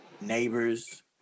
Neighbors